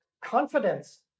confidence